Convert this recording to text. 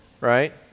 right